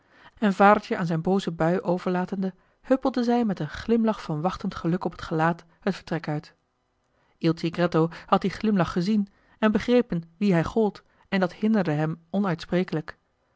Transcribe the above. en vadertje aan zijn booze bui overlatende huppelde zij met een glimlach van wachtend geluk op t gelaat het vertrek uit il tigretto had dien glimlach gezien en begrepen wien hij gold en dat hinderde hem onuitsprekelijk